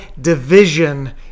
division